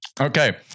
Okay